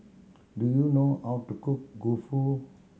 do you know how to cook